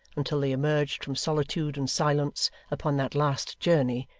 until they emerged from solitude and silence upon that last journey,